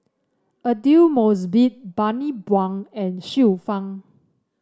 Aidli Mosbit Bani Buang and Xiu Fang